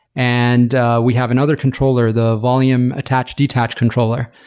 and we have another controller, the volume attach detach controller.